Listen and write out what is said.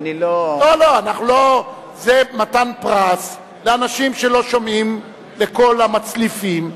זה מתן פרס לאנשים שלא שומעים בקול המצליפים,